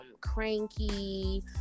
cranky